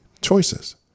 choices